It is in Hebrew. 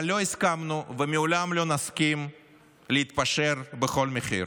אבל לא הסכמנו ולעולם לא נסכים להתפשר בכל מחיר.